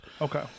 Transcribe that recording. Okay